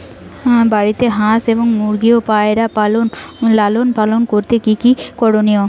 বাড়িতে হাঁস এবং মুরগি ও পায়রা লালন পালন করতে কী কী করণীয়?